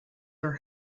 are